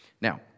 Now